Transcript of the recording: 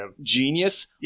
genius